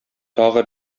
тагы